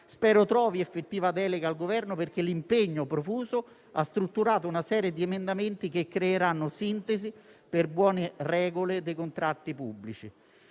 spero trovi effettiva delega al Governo perché l'impegno profuso ha strutturato una serie di emendamenti che creeranno sintesi per buone regole dei contratti pubblici.